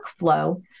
workflow